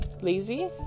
lazy